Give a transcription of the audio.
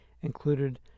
included